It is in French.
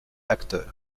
acteurs